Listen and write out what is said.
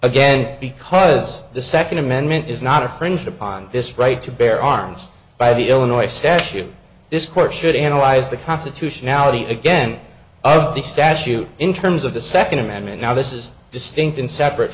again because the second amendment is not a fringe upon this right to bear arms by the illinois statute this court should analyze the constitutionality again of the statute in terms of the second amendment now this is distinct and separate